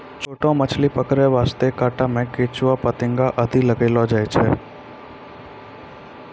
छोटो मछली पकड़ै वास्तॅ कांटा मॅ केंचुआ, फतिंगा आदि लगैलो जाय छै